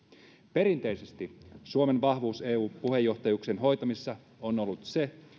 perinteisesti suomen vahvuus eu puheenjohtajuuksien hoitamisessa on ollut se